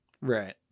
right